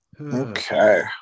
Okay